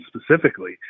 specifically